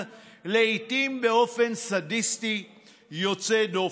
לעיתים באופן סדיסטי יוצא דופן.